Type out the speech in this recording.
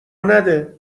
نده